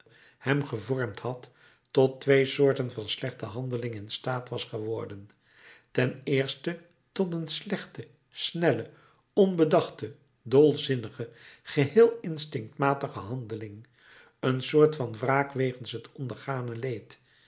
hem gevormd had tot twee soorten van slechte handelingen in staat was geworden ten eerste tot een slechte snelle onbedachte dolzinnige geheel instinctmatige handeling een soort van wraak wegens het ondergane leed